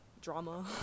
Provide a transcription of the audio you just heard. drama